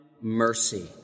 mercy